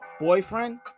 boyfriend